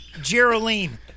geraldine